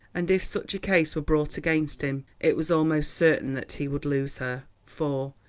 and if such a case were brought against him it was almost certain that he would lose her, for,